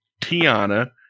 Tiana